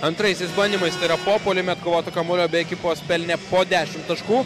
antraisiais bandymais tai yra po puolime atkovotų kamuolių abi ekipos pelnė po dešimt taškų